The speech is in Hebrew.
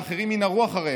ואחרים ינהרו אחריהם,